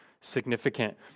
significant